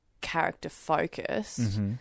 character-focused